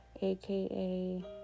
aka